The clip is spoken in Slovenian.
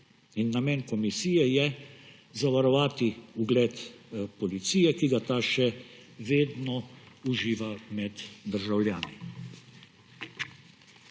In namen komisije je zavarovati ugled policije, ki ga le-ta še vedno uživa med državljani.